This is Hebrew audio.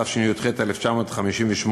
התשי"ח 1958,